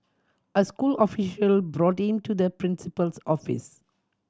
a school official brought to the principal's office